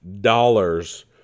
dollars